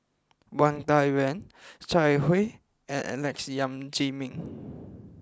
Wang Dayuan Zhang Hui and Alex Yam Ziming